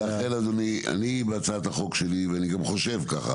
לכן אדוני, בהצעת החוק שלי ואני גם חושב ככה